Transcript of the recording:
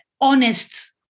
honest